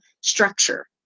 structure